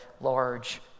large